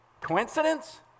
Coincidence